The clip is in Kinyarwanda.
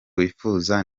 wifuza